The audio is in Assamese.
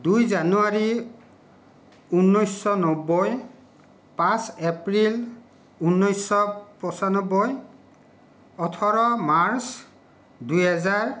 দুই জানুৱাৰী ঊনৈছশ নব্বৈ পাঁচ এপ্ৰিল ঊনৈছশ পঞ্চান্নব্বৈ ওঠৰ মাৰ্চ দুইহেজাৰ